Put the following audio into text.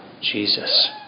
Jesus